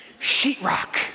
sheetrock